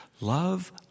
Love